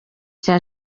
cya